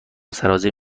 سرازیر